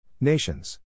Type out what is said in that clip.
Nations